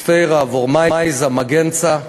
בשפיירא, ורמייזא, מגנצא.